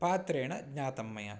पात्रेण ज्ञातं मया